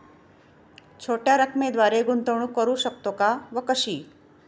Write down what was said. छोट्या रकमेद्वारे गुंतवणूक करू शकतो का व कशी?